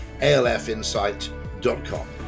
alfinsight.com